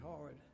hard